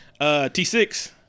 T6